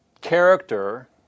character